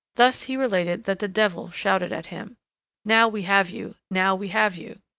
thus, he related that the devil shouted at him now we have you, now we have you,